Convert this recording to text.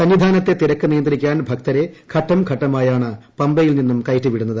സന്നിധാനത്തെ തിരക്ക് നിയന്ത്രിക്കാൻ ഭക്തരെ ഘട്ടം ഘട്ടമായാണ് പമ്പയിൽ നിന്നും കയറ്റിവിടുന്നത്